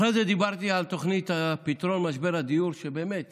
אחרי זה דיברתי על תוכנית פתרון משבר הדיור, שבאמת